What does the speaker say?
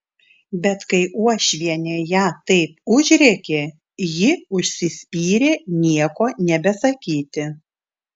bet kai uošvienė ją taip užrėkė ji užsispyrė nieko nebesakyti